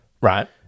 Right